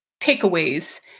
takeaways